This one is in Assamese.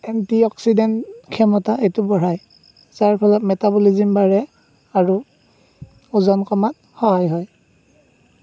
এণ্টি অক্সিডেণ্ট ক্ষমতা এইটো বঢ়াই যাৰ ফলত মেটাপলিজিম বাঢ়ে আৰু ওজন কমাত সহায় হয়